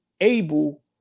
able